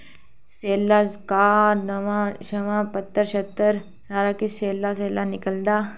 सैल्ला घाऽ नमां पत्तर सारा किश सैल्ला सैल्ला निकलदा